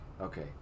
Okay